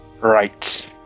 Right